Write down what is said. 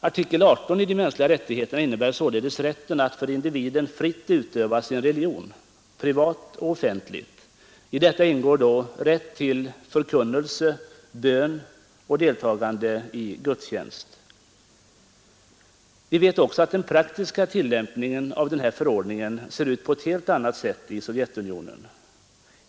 Artikel 18 i de mänskliga rättigheterna innebär således rätten för individen att fritt utöva sin religion privat och offentligt. I detta ingår då rätt till förkunnelse, bön och deltagande i gudstjänst. Men vi vet att den praktiska tillämpningen av denna förordning ser ut på annat sätt i Sovjetunionen.